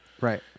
Right